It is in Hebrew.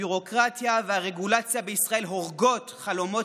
הביורוקרטיה והרגולציה בישראל הורגות חלומות